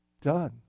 done